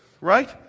right